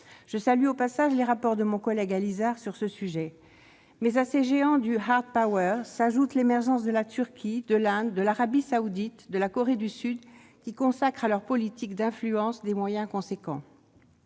Je salue au passage les rapports de mon collègue Pascal Allizard sur ce sujet. Mais à ces géants du s'ajoute l'émergence de la Turquie, de l'Inde, de l'Arabie saoudite et de la Corée du Sud, qui consacrent à leur politique d'influence des moyens importants.